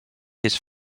his